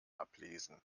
ablesen